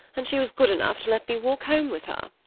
and she was good enough to let me walk home with her.